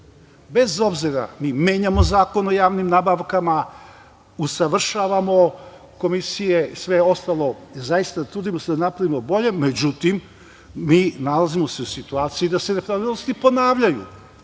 Bez obzira, mi menjamo Zakon o javnim nabavkama, usavršavamo komisije i sve ostalo i zaista se trudimo da napravimo bolje, međutim, mi se nalazimo u situaciji da se na kraju nepravilnosti ponavljaju.